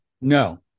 No